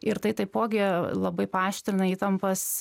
ir tai taipogi labai paaštrina įtampas